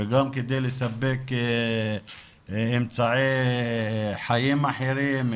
וגם כדי לספק אמצעי חיים אחרים,